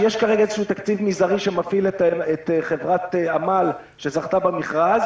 יש כרגע איזה תקציב מזערי שמפעיל את חברת "עמל" שזכתה במכרז,